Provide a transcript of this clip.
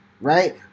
Right